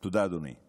תודה, אדוני.